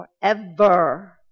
forever